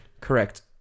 Correct